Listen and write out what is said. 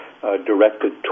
directed